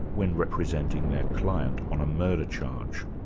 when representing their client on a murder charge.